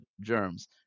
germs